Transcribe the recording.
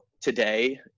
today